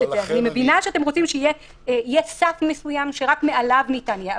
אני מבינה שאתם רוצים שיהיה סף מסוים שרק מעליו ניתן יהיה.